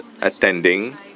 attending